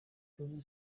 tuzi